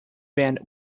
band